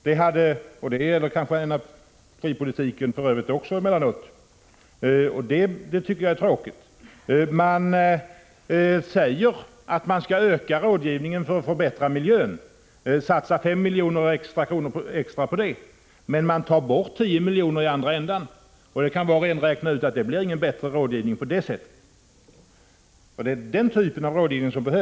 Det gäller kanske emellanåt också energipolitiken i övrigt, och det är tråkigt. Regeringen säger att man skall öka rådgivningen för att förbättra miljön och satsa 5 milj.kr. extra på det, men man tar bort 10 milj.kr. i andra änden. Var och en kan räkna ut att det inte blir bättre rådgivning på det sättet. Det är emellertid den typen av Prot. 1985/86:118 rådgivning som behövs.